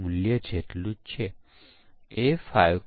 validation ક્યારે હાથ ધરવામાં આવે છે